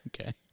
Okay